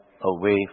away